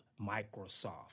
Microsoft